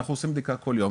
אנחנו עושים בדיקה כל יום,